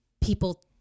people